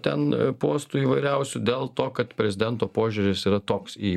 ten postų įvairiausių dėl to kad prezidento požiūris yra toks į